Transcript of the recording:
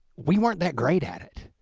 we weren't that great at it.